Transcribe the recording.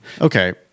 Okay